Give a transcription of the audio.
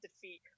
defeat